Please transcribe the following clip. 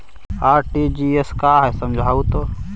RTGS का है समझाहू तो?